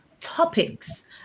topics